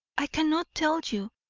i cannot tell you,